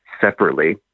separately